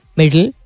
middle